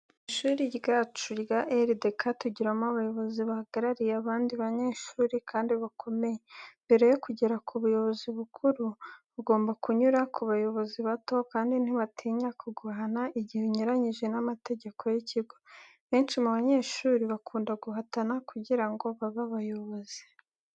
Mu ishuri ryacu rya LDK, tugiramo abayobozi bahagariye abandi banyeshuri kandi bakomeye. Mbere yo kugera ku buyobozi bukuru, ugomba kunyura ku bayobozi bato, kandi ntibatinya kuguhana igihe unyuranyije n’amategeko y’ikigo. Benshi mu banyeshuri bakunda guhatana, kugira ngo babe abayobozi.